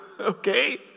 Okay